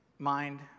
mind